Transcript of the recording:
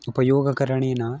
उपयोगकरणेन